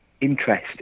interest